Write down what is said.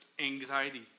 anxiety